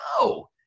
No